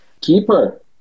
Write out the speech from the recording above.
Keeper